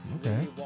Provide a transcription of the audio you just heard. Okay